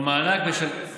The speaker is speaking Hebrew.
מה הוא יעשה?